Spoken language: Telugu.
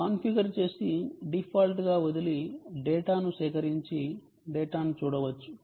కాన్ఫిగర్ చేసి డిఫాల్ట్గా వదిలి డేటాను సేకరించి డేటాను చూడవచ్చు